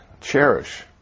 cherish